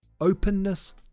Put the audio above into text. openness